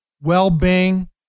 well-being